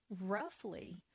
Roughly